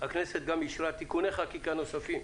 הכנסת גם אישרה תיקוני חקיקה נוספים,